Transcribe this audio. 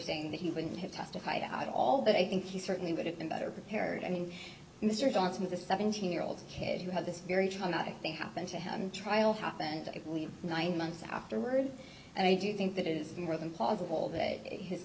saying that he wouldn't have to testify at all but i think he certainly would have been better prepared i mean mr johnson the seventeen year old kid who had this very traumatic thing happen to him trial happened at least nine months afterwards and i do think that it is more than plausible that his